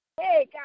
Hey